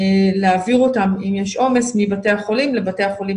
להעביר אותם אם יש עומס מבתי החולים לבתי חולים